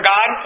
God